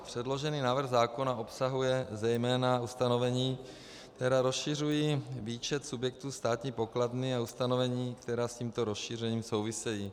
Předložený návrh zákona obsahuje zejména ustanovení, která rozšiřují výčet subjektů státní pokladny a ustanovení, která s tímto rozšířením souvisejí.